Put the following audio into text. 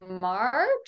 March